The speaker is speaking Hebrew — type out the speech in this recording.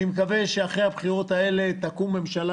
אני מקווה שאחרי הבחירות הללו תקום ממשלה